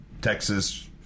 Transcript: Texas